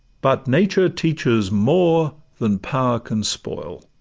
but nature teaches more than power can spoil,